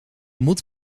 moet